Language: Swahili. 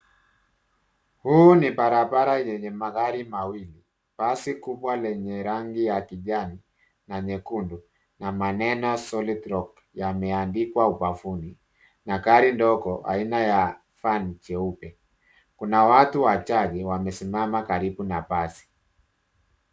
Huu ni barabara yenye magari mawili; basi kubwa lenye rangi ya kijani na nyekundu na maneno solid rock yameandikwa ubavuni na gari ndogo aina ya van jeupe. Kuna watu wachache wamesimama karibu na basi